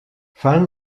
fan